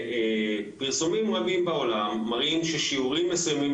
פרסומים רבים בעולם מראים ששיעורים מסוימים